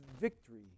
victory